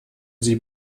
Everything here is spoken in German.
sie